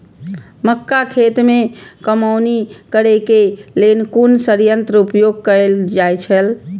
मक्का खेत में कमौनी करेय केय लेल कुन संयंत्र उपयोग कैल जाए छल?